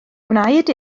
gwnaed